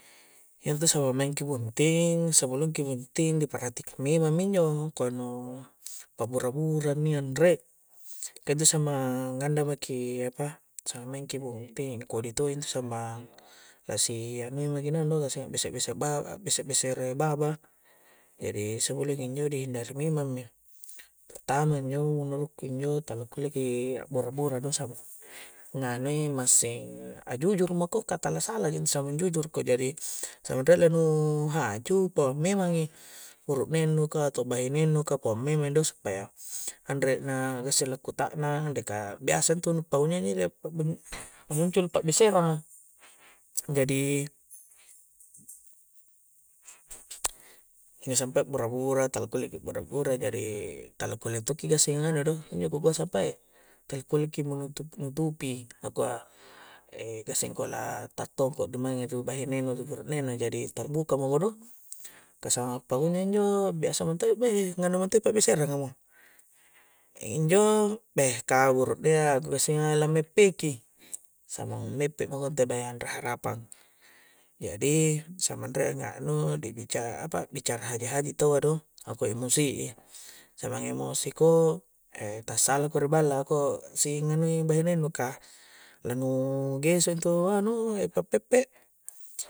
Intu' samang maeng ki botting', sebelumki botting' diperhatikang memang mi injo', kah nu' pa' bura-bura mi anre' kah intu' samang' anre' maki' apa, samaengki' buntting kodi' to' itu samang' na si' anui' mi naung' do', ngase' bese'-bese' bese'-bese' re' bawa, jadi sembelum injo' di' dihindari memang mi, pertama injo' menuru' ku injo' tala kulle' ki a' bora-bora do samang nganu i' masing', masing a'jujur meko kah tala salah ji intu' samang jujur ko, jadi samang re' la nu' haju' puang memangi', burune' nu kah atau bahine' nu kah puang memang do' supaya anre' na lessi' la' kuta'nang, anre ka biasa intu' nu pa' unjo' jo' pa' muncul pa'biseranga jadi pa'bura-bura talla kulle' ki bura-bura jadi tala kulle' to' ki gassing nga nganu do', injo' ku kua' sampae' tala kulle' ki menutup-nutupi na kua', e' gassing' ko la' ta'tongko ri maeng' itu bahine' nu ri' buru'neng na, jadi ta'buka mako do kah sampang injo' jo', biasa mintong' i' behe' na nganu' minto' pa'besere nga mo injo' beh kau buru'ne ya, ko gassinga' lambe' peki', samang meppe' mako' intu beh re' rahapang jadi, samang re' nganu di bica' apa dibicara haji'-haji' tawwa do, ako' emosi'i, samang emosi' ko tasallako ri' balla'a ko' singanui' bahine' nu, kah na nu' geso' intu anu' pa peppe'